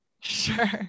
sure